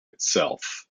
itself